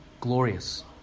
glorious